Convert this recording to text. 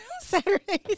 Saturdays